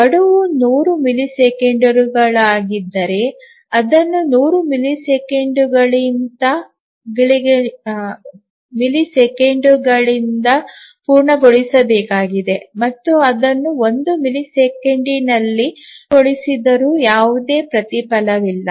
ಗಡುವು 100 ಮಿಲಿಸೆಕೆಂಡುಗಳಾಗಿದ್ದರೆ ಅದನ್ನು 100 ಮಿಲಿಸೆಕೆಂಡುಗಳಿಂದ ಪೂರ್ಣಗೊಳಿಸಬೇಕಾಗಿದೆ ಮತ್ತು ಅದನ್ನು 1 ಮಿಲಿಸೆಕೆಂಡಿನಲ್ಲಿ ಪೂರ್ಣಗೊಳಿಸಿದರೂ ಯಾವುದೇ ಪ್ರತಿಫಲವಿಲ್ಲ